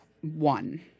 one